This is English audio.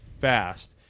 fast